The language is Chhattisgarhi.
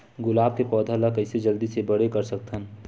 गुलाब के पौधा ल कइसे जल्दी से बड़े कर सकथन?